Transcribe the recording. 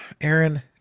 Aaron